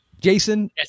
Jason